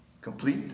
Complete